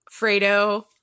Fredo